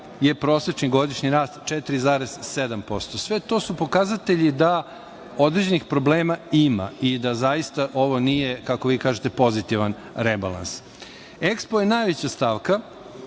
je prosečni rast 4,7%. Sve to su pokazatelji da određenih problema ima i da zaista ovo nije, kako vi kažete, pozitivan rebalans. Najveća stavka